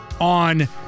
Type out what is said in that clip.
on